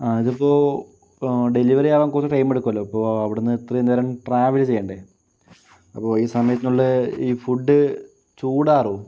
ആ ഇതിപ്പോൾ ഡെലിവറി ആകാൻ കുറച്ച് ടൈം എടുക്കുമല്ലോ അപ്പോൾ അവിടുന്നു ഇത്രയും നേരം ട്രാവൽ ചെയ്യണ്ടേ അപ്പോൾ ഈ സമയത്തിനുള്ളിൽ ഈ ഫുഡ് ചൂടാറും